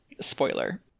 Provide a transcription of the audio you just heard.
Spoiler